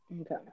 Okay